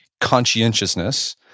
conscientiousness